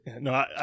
No